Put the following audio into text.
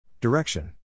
Direction